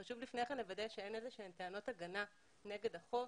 חשוב לפני כן לוודא שאין איזה שהן טענות הגנה נגד החוב,